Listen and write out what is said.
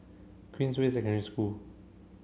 Queensway Secondary School